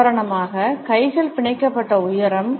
உதாரணமாக கைகள் பிணைக்கப்பட்ட உயரம்